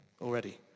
already